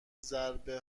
ضربه